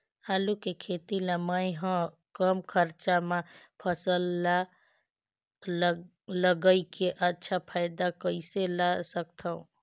आलू के खेती ला मै ह कम खरचा मा फसल ला लगई के अच्छा फायदा कइसे ला सकथव?